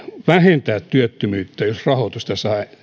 vähentää työttömyyttä jos rahoitusta saa